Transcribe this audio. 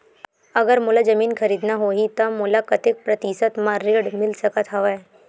अगर मोला जमीन खरीदना होही त मोला कतेक प्रतिशत म ऋण मिल सकत हवय?